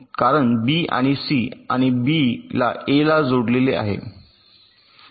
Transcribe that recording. तर कारण B C आणि बी एला जोडलेले आहे